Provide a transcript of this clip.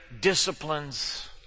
disciplines